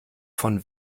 von